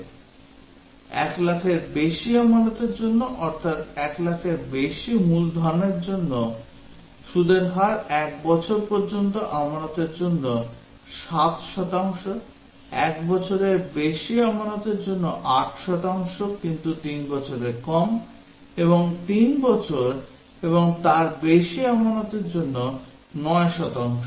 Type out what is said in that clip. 1 লাখের বেশি আমানতের জন্য অর্থাৎ 1 লাখেরও বেশি মূলধনের জন্য সুদের হার 1 বছর পর্যন্ত আমানতের জন্য 7 শতাংশ 1 বছরের বেশি আমানতের জন্য 8 শতাংশ কিন্তু 3 বছরের কম এবং 3 বছর এবং তার বেশি আমানতের জন্য 9 শতাংশ